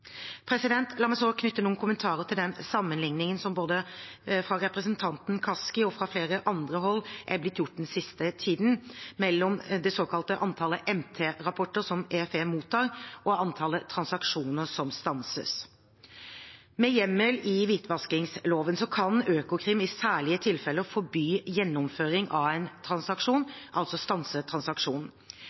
La meg så knytte noen kommentarer til den sammenligningen som både av representanten Kaski og fra flere andre hold er blitt gjort den siste tiden, mellom det totale antallet MT-rapporter som EFE mottar, og antallet transaksjoner som stanses. Med hjemmel i hvitvaskingsloven kan Økokrim i særlige tilfeller forby gjennomføring av en transaksjon, altså